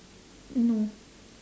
no